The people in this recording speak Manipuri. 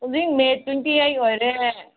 ꯍꯧꯖꯤꯛ ꯃꯦ ꯇ꯭ꯋꯦꯟꯇꯤ ꯑꯩꯠ ꯑꯣꯏꯔꯦ